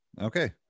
okay